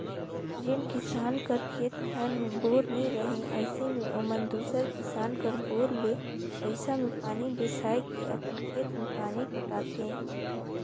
जेन किसान कर खेत खाएर मे बोर नी रहें अइसे मे ओमन दूसर किसान कर बोर ले पइसा मे पानी बेसाए के अपन खेत मे पानी पटाथे